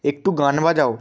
একটু গান বাজাও